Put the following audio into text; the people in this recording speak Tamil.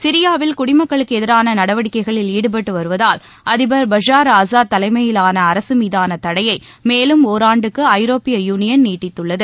சிரியாவில் குடிமக்களுக்கு எதிரான நடவடிக்கைகளில் ஈடுபட்டு வருவதால் அதிபர் பஷர் ஆசாத் தலைமையிலான அரசு மீதான தடையை தடையை மேலும் ஒராண்டுக்கு ஐரோப்பிய யூனியன் நீட்டித்துள்ளது